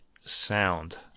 sound